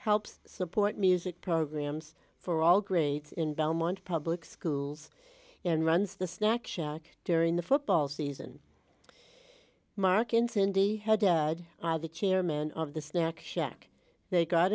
helps support music programs for all grades in belmont public schools and runs the snack shack during the football season markin cindy had dad the chairman of the snack shack they got